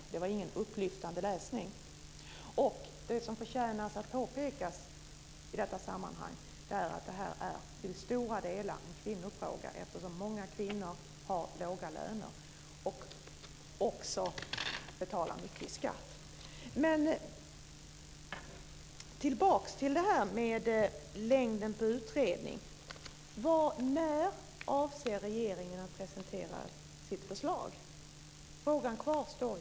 Det var ingen upplyftande läsning. Det som förtjänar att påpekas i detta sammanhang är att det här till stora delar är en kvinnofråga, eftersom många kvinnor har låga löner och också betalar mycket i skatt. Tillbaka till utredningen: När avser regeringen att presentera sitt förslag? Frågan kvarstår.